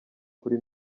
kuri